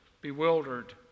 bewildered